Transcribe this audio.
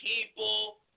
people